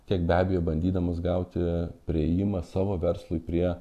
tiek be abejo bandydamos gauti priėjimą savo verslui prie